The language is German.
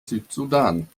südsudan